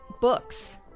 books